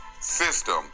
system